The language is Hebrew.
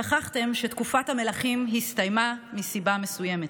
שכחתם שתקופת המלכים הסתיימה מסיבה מסוימת,